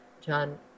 John